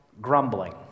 grumbling